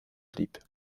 blieb